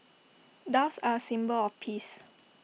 doves are A symbol of peace